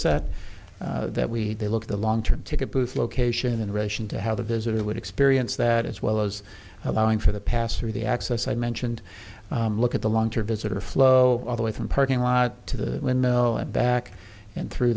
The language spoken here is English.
set that we look the long term ticket booth location in relation to how the visitor would experience that as well as allowing for the pass through the access i mentioned look at the long term visitor flow all the way from parking lot to the window and back and through